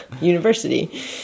University